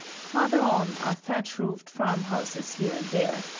farther on are thatch-roofed farm houses here and there,